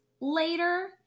later